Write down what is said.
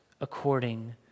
according